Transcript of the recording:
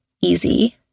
easy